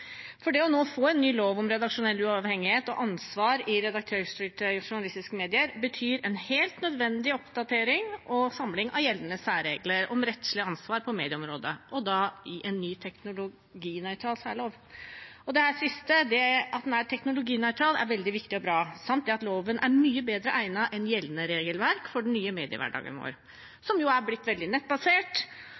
Det å nå få en ny lov om redaksjonell uavhengighet og ansvar i redaktørstyrte journalistiske medier betyr en helt nødvendig oppdatering og samling av gjeldende særregler om rettslig ansvar på medieområdet – og da i en ny teknologinøytral særlov. Dette siste, at den er teknologinøytral, er veldig viktig og bra, samt det at loven er mye bedre egnet enn gjeldende regelverk for den nye mediehverdagen vår, som jo er blitt veldig nettbasert,